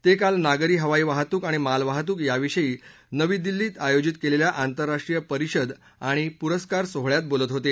ते काल नागरी हवाई वाहतूक आणि मालवाहतूक याविषयी नवी दिल्लीत आयोजित केलेल्या आंतरराष्ट्रीय परिषद आणि पुरस्कार सोहळ्यात बोलत होते